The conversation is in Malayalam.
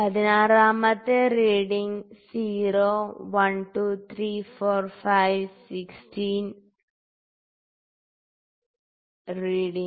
പതിനാറാമത്തെ റീഡിങ് 0 1 2 3 4 5 16 മത്തെ റീഡിങ്